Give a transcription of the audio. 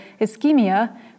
ischemia